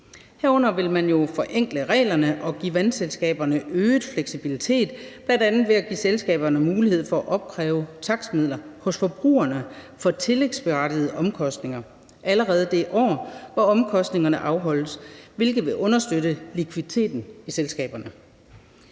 Herunder vil man jo forenkle reglerne og give vandselskaberne øget fleksibilitet, bl.a. ved at give selskaberne mulighed for »at opkræve takstmidler hos forbrugerne for tillægsberettigede omkostninger allerede i det år, hvor omkostningerne afholdes«, hvilket vil understøtte likviditeten i selskaberne.